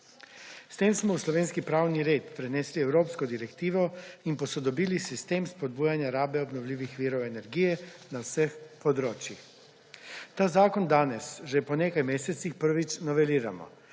S tem smo v slovenski pravni red prenesli evropsko direktivo in posodobili sistem spodbujanje rabe obnovljivih virov energije na vseh področjih. Ta zakon že po nekaj mesecih prvič noveliramo,